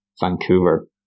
Vancouver